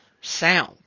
sound